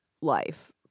life